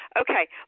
okay